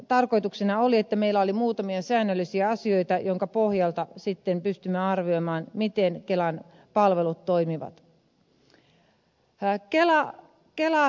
tarkoituksena oli että meillä oli muutamia säännöllisiä asioita joiden pohjalta sitten pystymme arvioimaan miten kelan palvelut toimivat